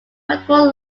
multiple